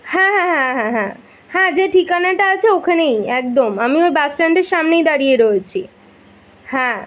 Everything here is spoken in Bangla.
হ্যাঁ হ্যাঁ হ্যাঁ হ্যাঁ হ্যাঁ হ্যাঁ যে ঠিকানাটা আছে ওখানেই একদম আমি ওই বাস স্ট্যান্ডের সামনেই দাঁড়িয়ে রয়েছি হ্যাঁ